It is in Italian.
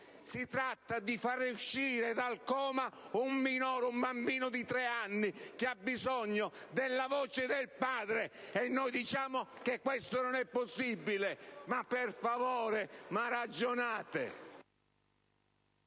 si tratta di far uscire dal coma un bambino di tre anni che ha bisogno della voce del padre e noi diciamo che questo non è possibile? Ma per favore ragionate,